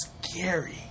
scary